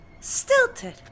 Stilted